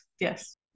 Yes